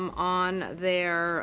um on their